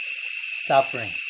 suffering